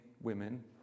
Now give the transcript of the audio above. women